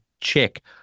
check